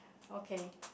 okay